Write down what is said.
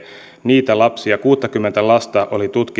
niitä lapsia kuuttakymmentä lasta oli tutkittu